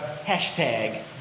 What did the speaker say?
hashtag